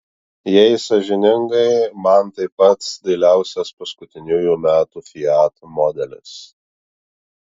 jei sąžiningai man tai pats dailiausias paskutiniųjų metų fiat modelis